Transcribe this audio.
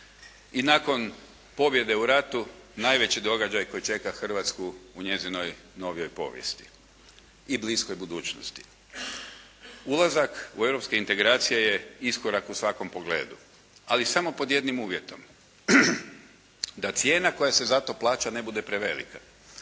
i nakon pobjede u ratu najveći događaj koji čeka Hrvatsku u njezinoj novijoj povijesti i bliskoj budućnosti. Ulazak u europske integracije je iskorak u svakom pogledu ali samo pod jednim uvjetom, da cijena koja se za to plaća ne bude prevelika.